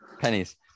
Pennies